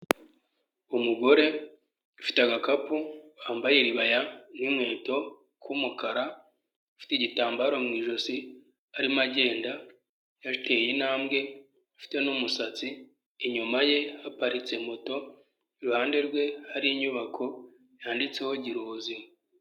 Umugore ufite agakapu wambaye iribaya n'inkweto k'umukara, ufite igitambaro mu ijosi arimo agenda yateye intambwe, afite n'umusatsi, inyuma ye haparitse moto, iruhande rwe hari inyubako yanditseho girubuzima.